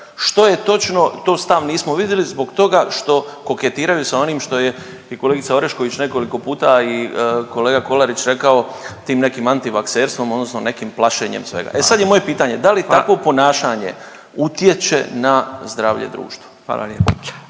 Što je točno tu stav nismo vidjeli zbog toga što koketiraju sa onim što je i kolegica Orešković nekoliko puta i kolega Kolarić rekao tim nekim antivakserstvom odnosno nekim plašenjem svega. E sad je moje pitanje, da li takvo ponašanje utječe na zdravlje društva.